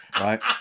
Right